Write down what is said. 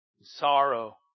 sorrow